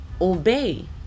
obey